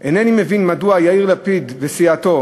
אינני מבין מדוע יאיר לפיד וסיעתו